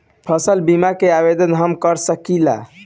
फसल बीमा के आवेदन हम कर सकिला?